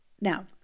Now